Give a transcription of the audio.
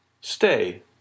Stay